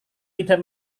tidak